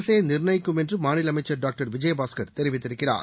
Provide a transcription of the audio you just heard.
அரசே நிர்ணயிக்கும் என்று மாநில அமைச்சர் டாக்டர் விஜயபாஸ்கர் தெரிவித்திருக்கிறார்